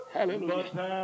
Hallelujah